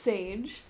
Sage